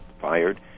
fired